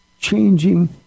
changing